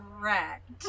correct